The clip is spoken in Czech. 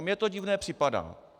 Mně to divné připadá.